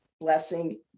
blessing